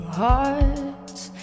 hearts